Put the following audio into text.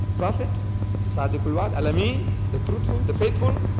prophet sudoku word allah mean the truthful the faithful.